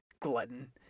Glutton